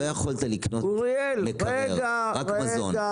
לא יכולת לקנות --- רגע אוריאל, רגע, רגע.